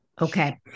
Okay